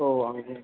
ഓ അങ്ങനെ